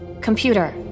Computer